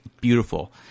beautiful